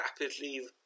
rapidly